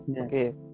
Okay